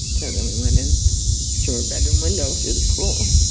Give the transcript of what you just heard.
then then we went in through her bedroom window, through the pool